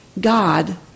God